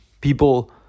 people